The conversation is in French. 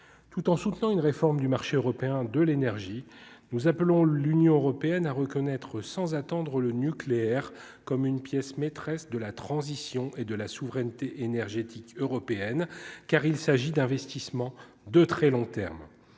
tout en soutenant une réforme du marché européen de l'énergie, nous appelons l'Union européenne à reconnaître, sans attendre le nucléaire comme une pièce maîtresse de la transition et de la souveraineté énergétique européenne car il s'agit d'investissement de très long terme,